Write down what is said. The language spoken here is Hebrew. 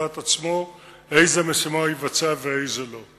דעת עצמו איזה משימה הוא יבצע ואיזה לא.